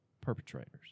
perpetrators